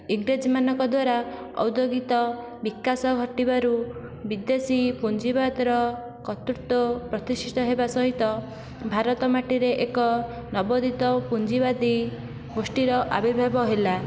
ଇଂରେଜମାନଙ୍କ ଦ୍ଵାରା ଔଦ୍ୟୋଗିକ ବିକାଶ ଘଟିବାରୁ ବିଦେଶୀ ପୁଞ୍ଜିବାଦର କତୃତ୍ତ୍ଵ ପ୍ରତିଷ୍ଠିତ ହେବା ସହିତ ଭାରତ ମାଟିରେ ଏକ ନବୋଦିତ ପୁଞ୍ଜିବାଦି ଗୋଷ୍ଠିର ଆବିର୍ଭାବ ହେଲା